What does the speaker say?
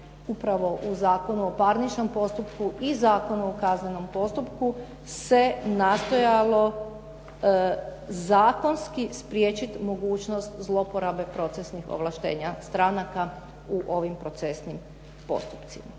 upravo u Zakonu o parničnom postupku i Zakonu o kaznenom postupku se nastojalo zakonski spriječiti mogućnost zloporabe procesnih ovlaštenja stranaka u ovim procesnim postupcima.